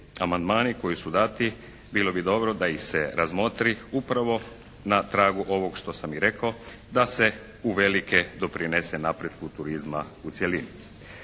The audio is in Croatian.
amandmani koji su dati bilo bi dobro da ih se razmotri upravo na tragu ovoga što sam i rekao da se uvelike doprinese napretku turizma u cjelini.